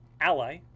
ally